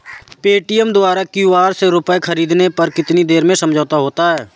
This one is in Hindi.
पेटीएम द्वारा क्यू.आर से रूपए ख़रीदने पर कितनी देर में समझौता होता है?